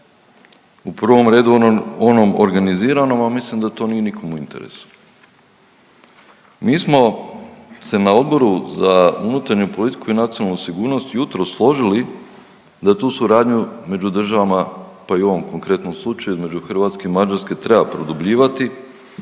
u prvom redu onom organiziranom, a mislim da to nije nikom u interesu. Mi smo se na Odboru za unutarnju politiku i nacionalnu sigurnost jutros složili da tu suradnju među državama pa i u ovom konkretnom slučaju između Hrvatske i Mađarske treba produbljivati